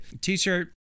t-shirt